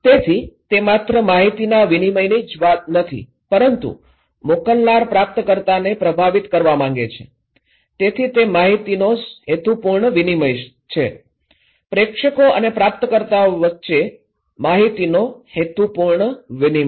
તેથી તે માત્ર માહિતીના વિનિમયની વાત જ નથી પરંતુ મોકલનાર પ્રાપ્તકર્તાને પ્રભાવિત કરવા માંગે છે તેથી તે માહિતીનો હેતુપૂર્ણ વિનિમય છે પ્રેષકો અને પ્રાપ્તકર્તાઓ વચ્ચે માહિતીનો હેતુપૂર્ણ વિનિમય